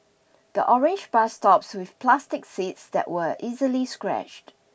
the orange bus stops with plastic seats that were easily scratched